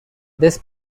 this